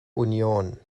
union